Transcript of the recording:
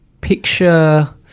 picture